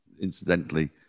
incidentally